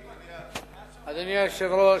אדוני היושב-ראש,